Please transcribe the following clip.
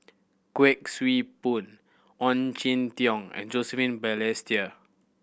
Kuik Swee Boon Ong Jin Teong and Joseph Balestier